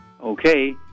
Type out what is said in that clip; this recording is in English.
Okay